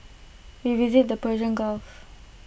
we visited the Persian gulf